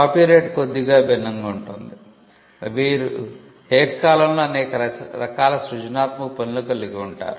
copyright కొద్దిగా భిన్నంగా ఉంటుంది మీరు ఏకకాలంలో అనేక రకాల సృజనాత్మక పనులు కలిగి ఉంటారు